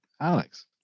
Alex